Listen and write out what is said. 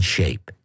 Shape